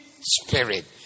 spirit